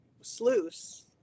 sluice